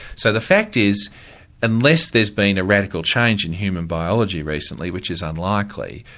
so the fact is unless there's been a radical change in human biology recently, which is unlikely,